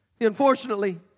Unfortunately